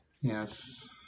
Yes